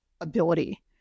ability